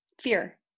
Fear